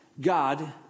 God